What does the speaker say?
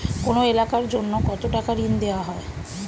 কোন এলাকার জন্য কত টাকা ঋণ দেয়া হয়?